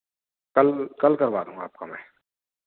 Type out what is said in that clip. कल कल करवा दूँगा आपका मैं